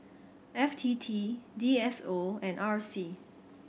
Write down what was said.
F T T D S O and R C